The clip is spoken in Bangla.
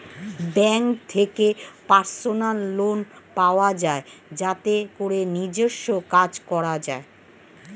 ব্যাংক থেকে পার্সোনাল লোন পাওয়া যায় যাতে করে নিজস্ব কাজ করা যায়